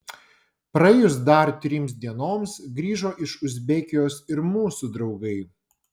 praėjus dar trims dienoms grįžo iš uzbekijos ir mūsų draugai